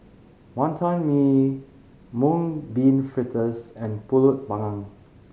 Wonton Mee Mung Bean Fritters and Pulut Panggang